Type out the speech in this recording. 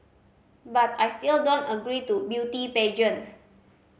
but I still don't agree to beauty pageants